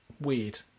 weird